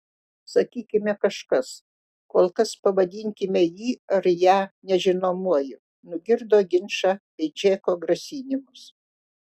sakykime kažkas kol kas pavadinkime jį ar ją nežinomuoju nugirdo ginčą bei džeko grasinimus